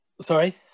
Sorry